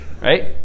Right